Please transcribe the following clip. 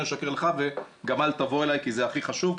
אני לא אשקר לך וגם אל תבוא אליי כי זה הכי חשוב,